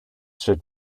should